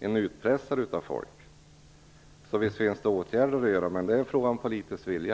en utpressare. Visst finns det åtgärder att vidta, men det är en fråga om politisk vilja.